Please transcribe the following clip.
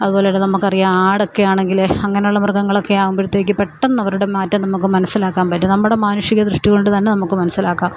അതുപോലൊന്നെ നമുക്കറിയാം ആടൊക്കെയാണെങ്കില് അങ്ങനെ ഉള്ള മൃഗങ്ങളൊക്കെയാകുമ്പഴത്തേക്ക് പെട്ടെന്നവരുടെ മാറ്റം നമുക്ക് മനസ്സിലാക്കാ പറ്റും നമ്മുടെ മാനുഷിക ദൃഷ്ടി കൊണ്ട് തന്നെ നമുക്ക് മനസ്സിലാക്കാം